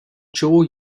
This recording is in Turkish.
çoğu